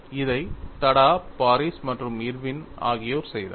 இதை தடா பாரிஸ் மற்றும் இர்வின் ஆகியோர் செய்தனர்